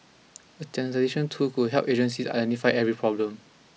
a tool could help agencies identify every problem